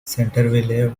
centerville